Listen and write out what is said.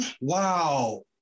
wow